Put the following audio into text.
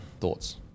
Thoughts